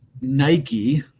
Nike